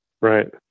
Right